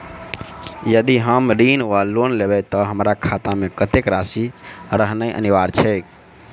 यदि हम ऋण वा लोन लेबै तऽ हमरा खाता मे कत्तेक राशि रहनैय अनिवार्य छैक?